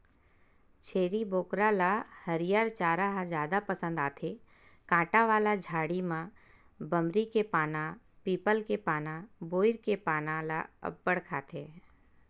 छेरी बोकरा ल हरियर चारा ह जादा पसंद आथे, कांटा वाला झाड़ी म बमरी के पाना, पीपल के पाना, बोइर के पाना ल अब्बड़ खाथे